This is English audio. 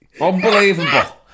Unbelievable